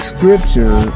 Scripture